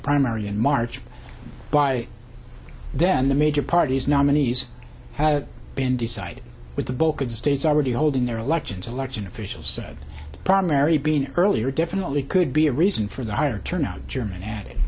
primary in march by then the major parties nominees have been decided with the balkan states already holding their elections election officials said primary being earlier definitely could be a reason for the higher turnout german add